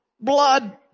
blood